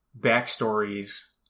backstories